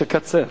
שתקצר.